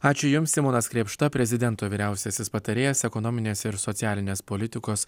ačiū jums simonas krėpšta prezidento vyriausiasis patarėjas ekonominės ir socialinės politikos